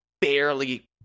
barely